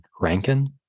Rankin